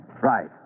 Right